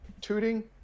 tooting